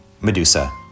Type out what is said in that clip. Medusa